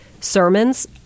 sermons